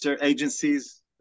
agencies